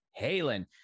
Halen